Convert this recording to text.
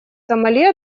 сомали